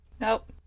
Nope